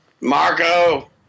Marco